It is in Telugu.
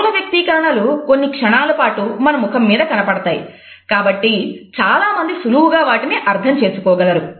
స్థూల వ్యక్తీకరణలు కొన్ని క్షణాల పాటు మన ముఖం మీద కనబడతాయి కాబట్టి చాలామంది సులువుగా వాటిని అర్థం చేసుకోగలరు